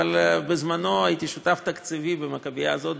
אבל בזמנו הייתי שותף תקציבי במכבייה הזאת,